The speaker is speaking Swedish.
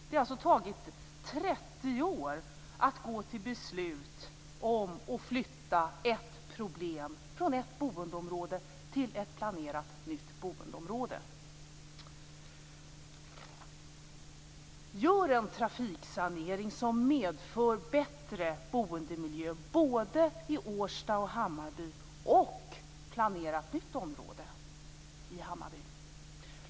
Det har alltså tagit 30 år att gå till beslut om att flytta ett problem från ett boendeområde till ett planerat nytt boendeområde. Gör en trafiksanering som medför bättre boendemiljö både i Årsta och Hammarby och planera ett nytt område i Hammarby!